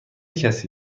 کسی